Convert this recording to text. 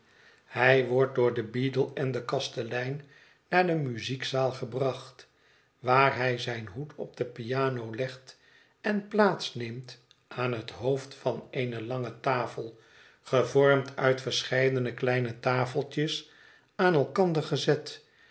hij wordt door den beadle en den kastelein naar de muziekzaal gebracht waar hij zijn hoed op de piano legt en plaats neemt aan het hoofd van eene lange tafel gevormd uit verscheidene kleine tafeltjes aan elkander gezet